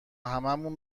هممون